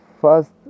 first